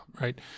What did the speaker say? right